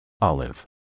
Olive